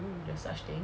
mm